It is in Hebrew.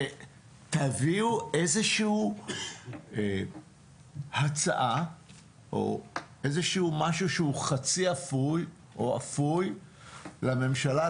ותביאו איזושהי הצעה או משהו חצי אפוי או אפוי לממשלה,